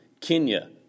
Kenya